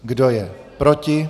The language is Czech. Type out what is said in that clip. Kdo je proti?